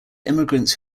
immigrants